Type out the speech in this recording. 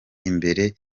imbere